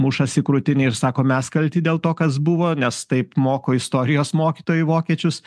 mušas į krūtinę ir sako mes kalti dėl to kas buvo nes taip moko istorijos mokytojai vokiečius